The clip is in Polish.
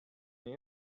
nie